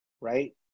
right